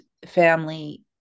family